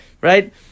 right